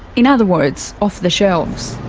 in other words off the shelves.